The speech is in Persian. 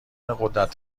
قدرت